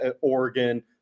Oregon